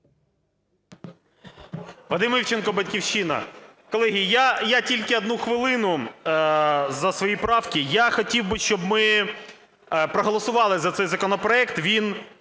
Вадим Івченко, "Батьківщина". Колеги, я тільки одну хвилину за свої правки. Я хотів би, щоб ми проголосували за цей законопроект, він